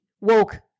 woke